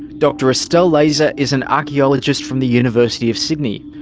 dr estelle lazer is an archaeologist from the university of sydney.